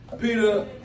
Peter